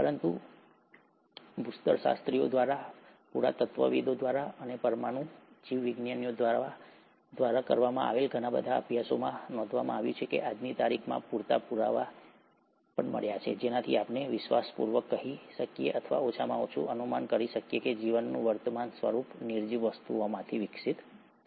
પરંતુ ભૂસ્તરશાસ્ત્રીઓ દ્વારા પુરાતત્વવિદો દ્વારા પરમાણુ જીવવિજ્ઞાનીઓ દ્વારા કરવામાં આવેલા ઘણા અભ્યાસોએ નોંધ્યું છે કે આજની તારીખમાં પૂરતા પુરાવા છે જેનાથી આપણે વિશ્વાસપૂર્વક કહી શકીએ અથવા ઓછામાં ઓછું અનુમાન કરી શકીએ કે જીવનનું વર્તમાન સ્વરૂપ નિર્જીવ વસ્તુઓમાંથી વિકસિત થયું છે